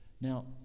now